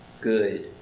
good